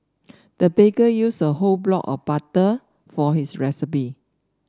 the baker used a whole block of butter for his recipe